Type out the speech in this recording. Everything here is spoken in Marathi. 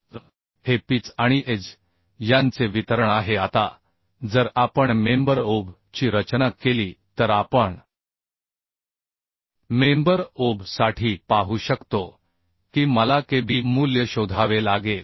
तर हे पिच आणि एज यांचे वितरण आहे आता जर आपण मेंबर OB ची रचना केली तर आपण मेंबर OB साठी पाहू शकतो की मलाKB मूल्य शोधावे लागेल